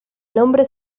nombre